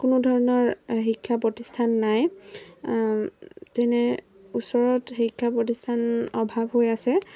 কোনো ধৰণৰ শিক্ষা প্ৰতিষ্ঠান নাই তেনে ওচৰত শিক্ষা প্ৰতিষ্ঠান অভাৱ হৈ আছে